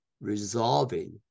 resolving